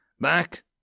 Back